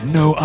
no